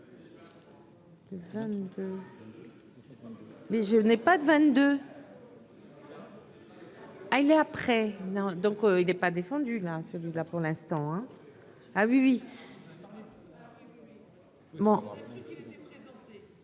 Mais je n'ai pas de 22. Ah, il est après non, donc il n'est pas défendu là, celui là, pour l'instant, hein, ah oui oui. Bon,